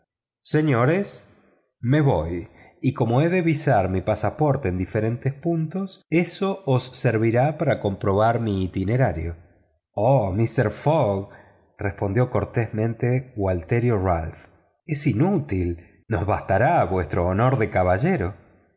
señores me voy y como he de visar mi pasaporte en diferentes puntos eso os servirá para comprobar mi itinerario oh mister fogg respondió cortésmente gualterio ralph es inútil nos bastará vuestro honor de caballero